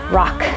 rock